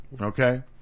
Okay